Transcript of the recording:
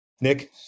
nick